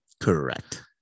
Correct